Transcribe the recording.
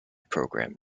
program